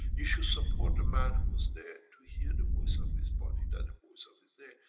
you should support the man who's there, to hear the voice of his body, that the voice of is there,